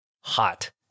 hot